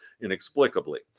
inexplicably